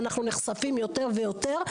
ואנחנו נחשפים יותר ויותר,